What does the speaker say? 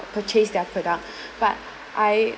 purchase their product but I